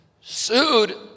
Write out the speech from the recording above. sued